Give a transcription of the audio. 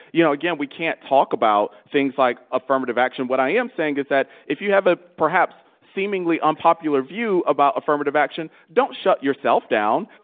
you know, again, we can't talk about things like affirmative action. what i am saying is that if you have a, perhaps, seemingly unpopular view about affirmative action, don't shut yourself down.